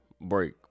break